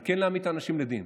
אבל כן להעמיד את האנשים לדין.